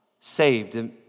saved